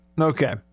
Okay